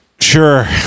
Sure